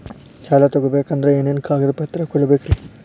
ಸಾಲ ತೊಗೋಬೇಕಂದ್ರ ಏನೇನ್ ಕಾಗದಪತ್ರ ಕೊಡಬೇಕ್ರಿ?